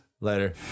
Later